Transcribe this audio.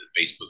facebook